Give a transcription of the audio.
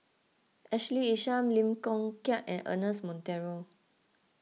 Ashley Isham Lim Chong Keat and Ernest Monteiro